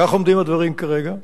כך עומדים הדברים כרגע,